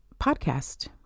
podcast